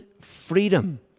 freedom